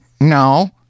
No